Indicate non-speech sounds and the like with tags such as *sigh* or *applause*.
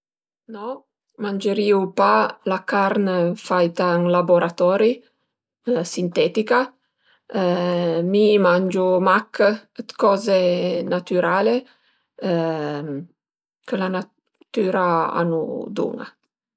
No, mangerìu pa la carn faita ën laburatori, sintetica, mi mangiu mach 'd coze natürale *hesitation* chë la natüra a nu dun-a